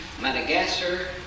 Madagascar